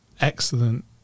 excellent